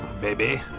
baby